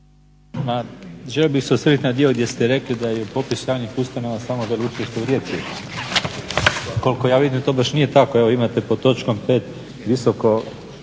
Želio bih se osvrnuti na dio gdje ste rekli da je i u popisu javnih ustanova …/Govornik se ne razumije./… Koliko ja vidim to baš nije tako. Evo imate pod točkom 5. Visoko